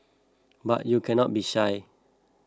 but you cannot be shy